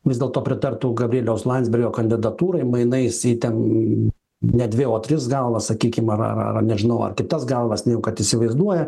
vis dėlto pritartų gabrieliaus landsbergio kandidatūrai mainais į ten ne dvi o tris galvas sakykim ar ar ar nežinau ar kitas galvas kad įsivaizduoja